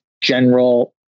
general